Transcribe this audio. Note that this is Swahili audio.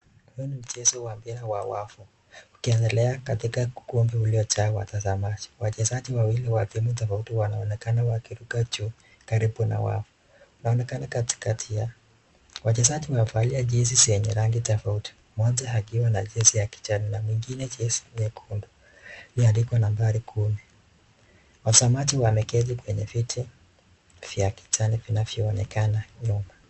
Hapa ni mchezo wa mpira wa wavu ukiendea katika ukumbi iliyojaa watazamaji. Wachezaji wamevalia jezi ya rangi tofauti mmoja akiwa na rangi ya kijani na ingine nyekundu. Watazamani wameketi kwenye viti ya kijani inayoonekana nyuma.